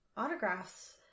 autographs